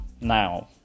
now